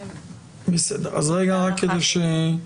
אז רק כדי שנבין